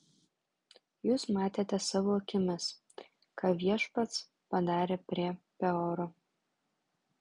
jūs matėte savo akimis ką viešpats padarė prie peoro